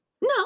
No